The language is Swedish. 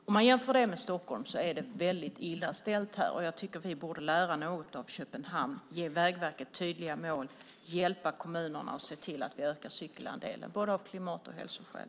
Om man jämför med Stockholm är det väldigt illa ställt här, och jag tycker att vi borde lära något av Köpenhamn - ge Vägverket tydliga mål och hjälpa kommunerna att se till att de ökar cykelandelen, både av klimat och hälsoskäl.